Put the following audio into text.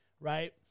right